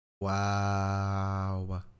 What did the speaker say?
Wow